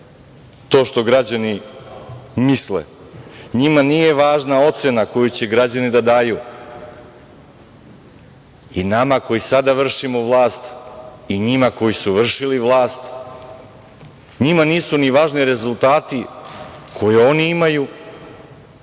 to što građani misle. Njima nije važna ocena koju će građani da daju i nama koji sada vršimo vlast i njima koji su vršili vlast. Njima nisu ni važni rezultati koje oni imaju.